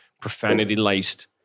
profanity-laced